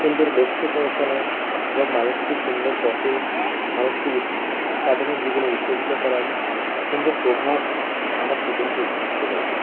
সুন্দর লক্ষ্যে পৌঁছানো এবং মানুষকে সুন্দর পথে মানুষকে উৎসা সাধারণ জীবনে উদযাপিত করার সুন্দর প্রভাব আমার জীবনকে উদ্ভাসিত করেছে